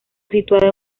situado